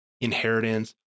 inheritance